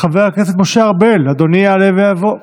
חבר הכנסת משה ארבל, אדוני, יעלה ויבוא.